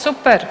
Super.